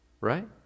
right